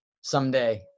someday